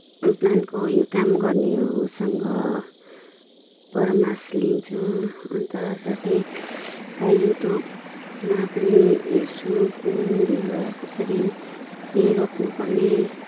प्लान्टको यो काम गर्नेहरूसँग परामर्श लिन्छु अन्त साथै र युट्युबमा पनि हेर्छु कुन बिरुवा कसरी रोप्नुपर्ने